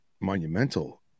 monumental